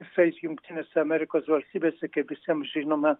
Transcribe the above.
jisai jungtinėse amerikos valstybėse kaip visiems žinoma